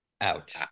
Ouch